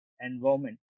environment